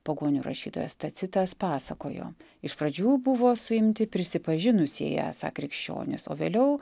pagonių rašytojas tacitas pasakojo iš pradžių buvo suimti prisipažinusieji esą krikščionys o vėliau